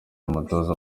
umutoza